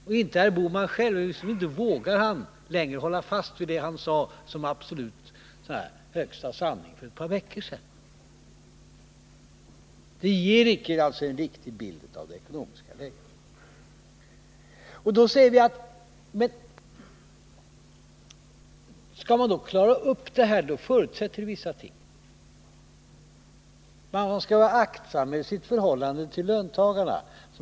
Och herr Bohman själv vågar inte längre hålla fast vid det han sade som absolut högsta sanning för ett par veckor sedan. Det ger alltså icke en riktig bild av det ekonomiska läget. Då säger vi att skall man klara den här situationen, så förutsätts det vissa ting. Man skall vara aktsam med sitt förhållande till löntagarna.